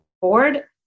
board